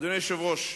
אדוני היושב-ראש,